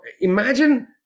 imagine